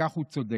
בכך הוא צודק.